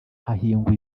hahingwa